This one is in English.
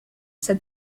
said